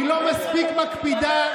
היא לא מספיק מקפידה,